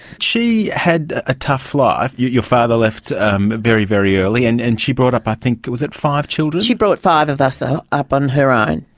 she had a tough life. your father left um very, very early and and she brought up, i think, was it, five children? she brought five of us ah up on her own.